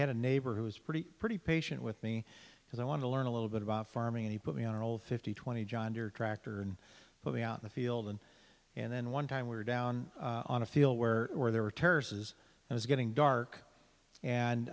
had a neighbor who was pretty pretty patient with me because i want to learn a little bit about farming and he put me on a roll fifty twenty john deere tractor and put me out in the field and and then one time we were down on a field where there were tears as it was getting dark and